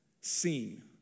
seen